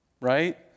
right